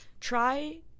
try